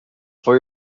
for